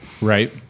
Right